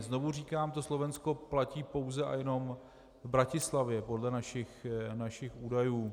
Znovu říkám, to Slovensko platí pouze a jenom v Bratislavě podle našich údajů.